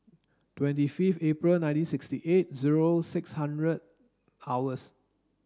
twenty fifith April nineteen sixty eight zero six hundred hours